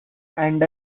and